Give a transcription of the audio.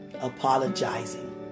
Apologizing